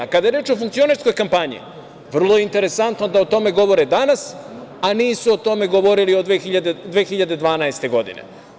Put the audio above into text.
Kada je reč o funkcionerskoj kampanji, vrlo interesantno da o tome govore danas, a nisu o tome govorili od 2012. godine.